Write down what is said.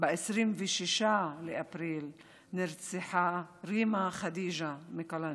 ב-26 באפריל נרצחה רימא חדיג'א מקלנסווה.